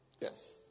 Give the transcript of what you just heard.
Yes